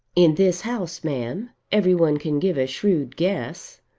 in this house, ma'am, every one can give a shrewd guess.